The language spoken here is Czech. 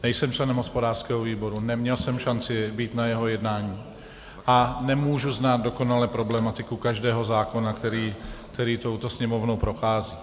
Nejsem členem hospodářského výboru, neměl jsem šanci být na jeho jednání a nemůžu znát dokonale problematiku každého zákona, který touto Sněmovnou prochází.